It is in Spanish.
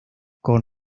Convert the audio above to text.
con